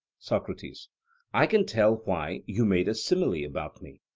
socrates i can tell why you made a simile about me.